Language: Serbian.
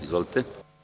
Izvolite.